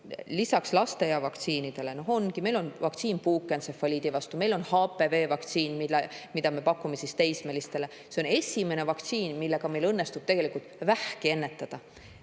lisaks lapseea vaktsiinidele on meil vaktsiin puukentsefaliidi vastu, meil on HPV-vaktsiin, mida me pakume teismelistele. See on esimene vaktsiin, millega õnnestub tegelikult vähki ennetada.